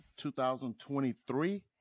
2023